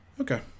Okay